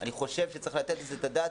אני חושב שצריך לתת על זה את הדעת,